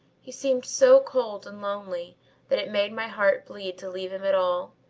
he seemed so cold and lonely that it made my heart bleed to leave him at all.